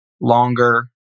longer